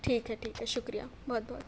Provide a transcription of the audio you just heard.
ٹھیک ہے ٹھیک ہے شکریہ بہت بہت